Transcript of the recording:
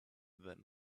that